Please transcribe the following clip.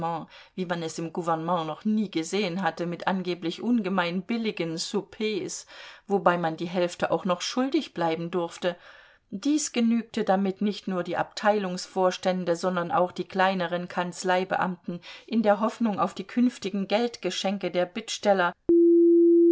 wie man es im gouvernement noch nie gesehen hatte mit angeblich ungemein billigen soupers wobei man die hälfte auch noch schuldig bleiben durfte dies genügte damit nicht nur die abteilungsvorstände sondern auch die kleineren kanzleibeamten in der hoffnung auf die künftigen geldgeschenke der bittsteller